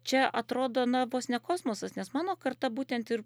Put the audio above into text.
čia atrodo na vos ne kosmosas nes mano karta būtent ir